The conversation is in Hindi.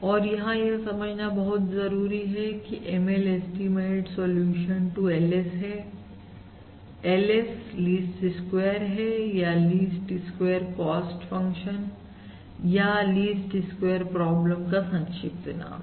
और यहां यह समझना बहुत जरूरी है की ML estimate solution to LS है LS लीस्ट स्क्वायर या लीस्ट स्क्वायर कॉस्ट फंक्शन या लीस्ट स्क्वेयर प्रॉब्लम का संक्षिप्त नाम है